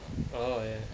oh ya